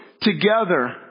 together